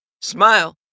Smile